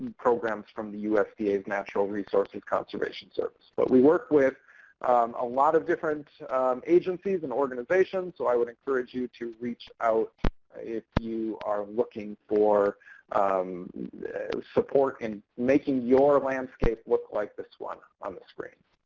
programs from the usda' natural resources conservation service. but we work with a lot of different agencies and organizations, so i would encourage you to reach out if you are looking for support in making your landscape look like this one on the screen.